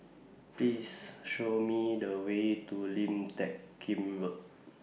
Please Show Me The Way to Lim Teck Kim Road